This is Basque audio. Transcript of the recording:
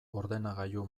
ordenagailu